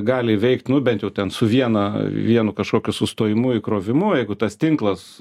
gali įveikti nu bent jau ten su viena vienu kažkokiu sustojimu įkrovimu jeigu tas tinklas